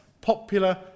popular